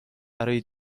برای